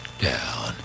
down